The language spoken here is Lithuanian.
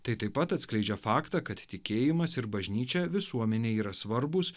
tai taip pat atskleidžia faktą kad tikėjimas ir bažnyčia visuomenei yra svarbūs